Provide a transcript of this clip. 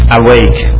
awake